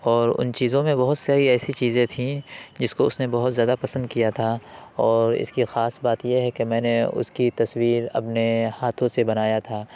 اور ان چیزوں میں بہت سی ایسی چیزیں تھیں جس کو اس نے بہت زیادہ پسند کیا تھا اور اس کی خاص بات یہ ہے کہ میں نے اس کی تصویر اپنے ہاتھوں سے بنایا تھا